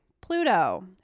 Pluto